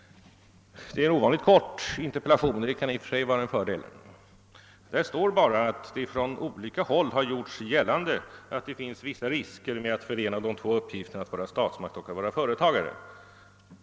Det är en ovanligt kort interpellation, vilket i och för sig kan vara en fördel. Där sägs bara att »det från olika håll gjorts gällande att det finns vissa risker med att förena de två uppgifterna att vara statsmakt och att vara företagare.